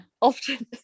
often